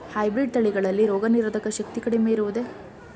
Hybrid ತಳಿಗಳಲ್ಲಿ ರೋಗನಿರೋಧಕ ಶಕ್ತಿ ಕಡಿಮೆ ಇರುವುದೇ?